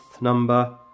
number